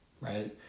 right